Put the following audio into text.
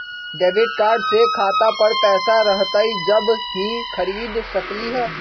Debit card से खाता पर पैसा रहतई जब ही खरीद सकली ह?